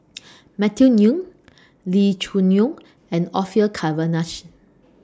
Matthew Ngui Lee Choo Neo and Orfeur Cavenagh